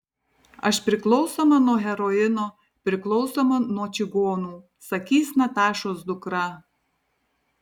aš priklausoma nuo heroino priklausoma nuo čigonų sakys natašos dukra